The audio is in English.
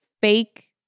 fake